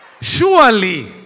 Surely